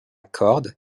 corde